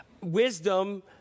wisdom